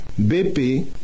BP